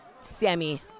Sammy